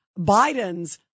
Biden's